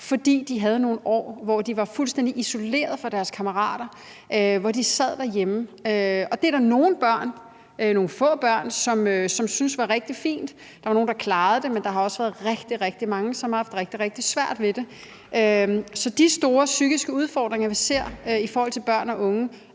fordi de havde nogle år, hvor de var fuldstændig isolerede fra deres kammerater, og hvor de sad derhjemme. Det var der nogle få børn, som syntes var rigtig fint. Der var nogle, der klarede det, men der har også været rigtig mange, som har haft rigtig, rigtig svært ved det. Så mange af de store psykiske udfordringer, vi ser i forhold til børn og unge,